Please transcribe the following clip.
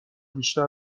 بیشتر